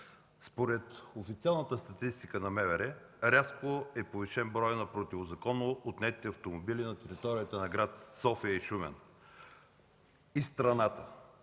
Според официалната статистика на МВР рязко е повишен броят на незаконно отнетите автомобили на територията на град София, Шумен и страната.